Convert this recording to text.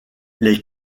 les